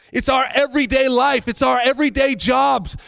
it's our everyday life. it's our everyday job.